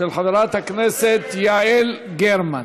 של חברת הכנסת יעל גרמן.